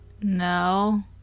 No